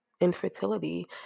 infertility